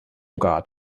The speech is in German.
guard